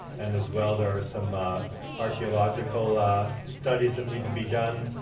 and, as well, there are some ah archeological studies that need to be done.